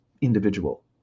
individual